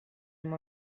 amb